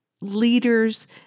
leaders